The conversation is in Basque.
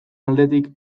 aldetik